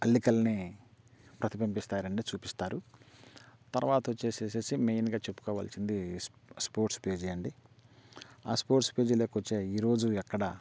అల్లికలని ప్రతిభింభిస్తారండి చూపిస్తారు తర్వాత వచ్చి మెయిన్గా చెప్పుకోవాల్సింది స్పోర్ట్స్ పేజీ అండీ ఆ స్పోర్ట్స్ పేజీలో వచ్చే ఈరోజు ఎక్కడ